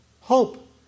hope